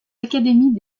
académies